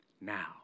now